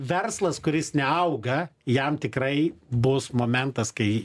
verslas kuris neauga jam tikrai bus momentas kai